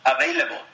available